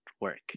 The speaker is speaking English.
work